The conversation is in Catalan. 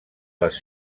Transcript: les